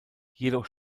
jedoch